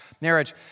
marriage